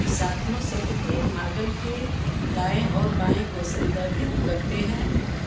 दिशात्मक शब्द मॉडल के दाएँ और बाएँ को संदर्भित करते हैं